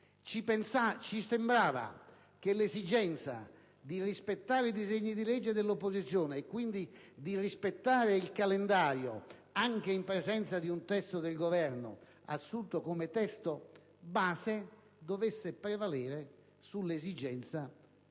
Ci sembrava che l'esigenza di rispettare i disegni di legge dell'opposizione, quindi di rispettare il calendario, anche in presenza di un testo del Governo assunto come testo base, dovesse prevalere sull'esigenza procedurale